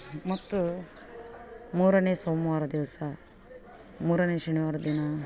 ಮತ್ತು ಮೂರನೇ ಸೋಮವಾರ ದಿವಸ ಮೂರನೇ ಶನಿವಾರ ದಿನ